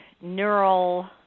neural